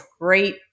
great